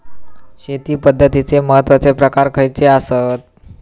शेती पद्धतीचे महत्वाचे प्रकार खयचे आसत?